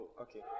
Okay